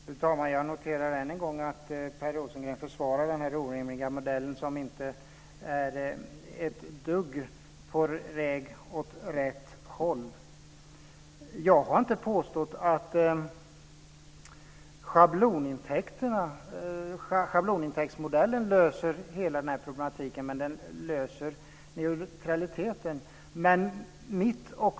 Fru talman! Jag noterar än en gång att Per Rosengren försvarar denna orimliga modell, som innebär att man går åt helt fel håll. Jag har inte påstått att schablonintäktsmodellen löser hela problematiken, men den innebär en neutralitet.